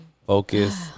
Focus